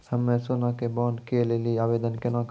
हम्मे सोना के बॉन्ड के लेली आवेदन केना करबै?